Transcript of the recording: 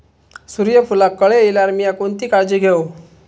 सूर्यफूलाक कळे इल्यार मीया कोणती काळजी घेव?